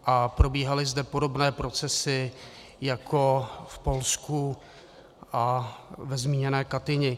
A probíhaly zde podobné procesy jako v Polsku a ve zmíněné Katyni.